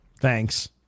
thanks